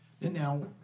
Now